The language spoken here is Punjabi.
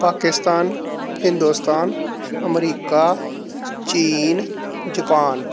ਪਾਕਿਸਤਾਨ ਹਿੰਦੁਸਤਾਨ ਅਮਰੀਕਾ ਚੀਨ ਜਪਾਨ